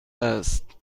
است